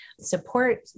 support